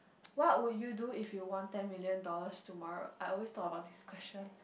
what would you do if you won ten million dollars tomorrow I always thought about this question